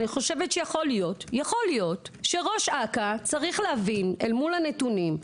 יכול להיות שראש אכ"א צריך להבין את הנתונים,